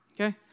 Okay